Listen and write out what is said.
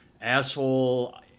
asshole